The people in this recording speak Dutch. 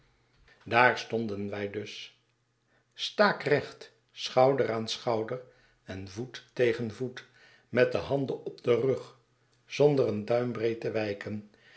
daar stonden wij dus staakrecht schouder aan schouder en voet tegen voet met de handen op den rug zonder een duimbreed te wijken